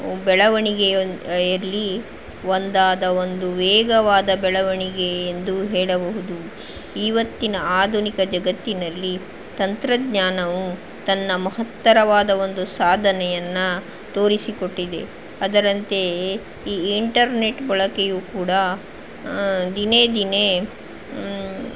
ಬೆಳವಣಿಗೆಯೊಂದು ಯಲ್ಲಿ ಒಂದಾದ ಒಂದು ವೇಗವಾದ ಬೆಳವಣಿಗೆ ಎಂದು ಹೇಳಬಹುದು ಇವತ್ತಿನ ಆಧುನಿಕ ಜಗತ್ತಿನಲ್ಲಿ ತಂತ್ರಜ್ಞಾನವು ತನ್ನ ಮಹತ್ತರವಾದ ಒಂದು ಸಾಧನೆಯನ್ನ ತೋರಿಸಿಕೊಟ್ಟಿದೆ ಅದರಂತೆಯೇ ಈ ಇಂಟರ್ನೆಟ್ ಬಳಕೆಯೂ ಕೂಡ ದಿನೇ ದಿನೇ